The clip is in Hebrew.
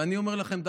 ואני אומר לכם,